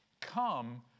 come